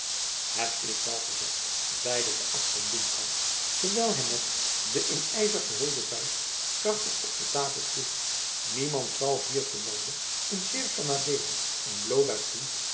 het is wel gezegd zeide de abt van bloemkamp terwijl hij met de in ijzer gehulde vuist krachtig op de tafel sloeg niemand zal hier te lande in seerp van adeelen een bloodaard zien